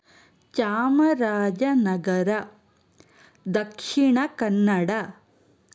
Chamarajanagar Dakshina Kannada